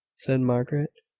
said margaret.